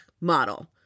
model